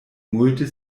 multe